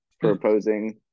proposing